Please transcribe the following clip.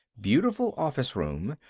beautiful, office-room,